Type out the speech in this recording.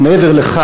ומעבר לכך,